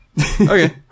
okay